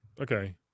Okay